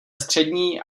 střední